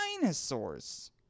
dinosaurs